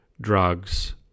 drugs